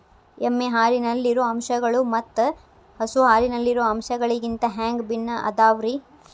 ಎಮ್ಮೆ ಹಾಲಿನಲ್ಲಿರೋ ಅಂಶಗಳು ಮತ್ತ ಹಸು ಹಾಲಿನಲ್ಲಿರೋ ಅಂಶಗಳಿಗಿಂತ ಹ್ಯಾಂಗ ಭಿನ್ನ ಅದಾವ್ರಿ?